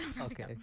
okay